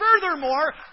furthermore